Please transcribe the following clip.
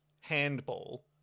handball